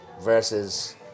versus